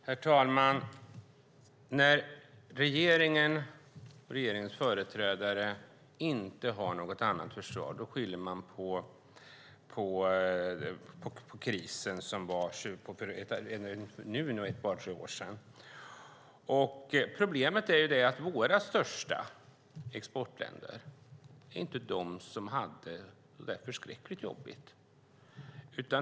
Herr talman! När regeringen och regeringens företrädare inte har något annat försvar skyller man på krisen som var för ett par tre år sedan. Problemet är att våra största exportländer inte hade det så förskräckligt jobbigt.